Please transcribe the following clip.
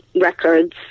records